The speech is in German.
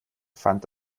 fand